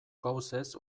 gauzez